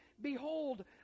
behold